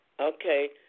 Okay